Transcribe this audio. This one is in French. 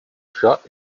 chat